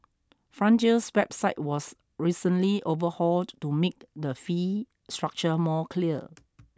Frontier's website was recently overhauled to make the fee structure more clear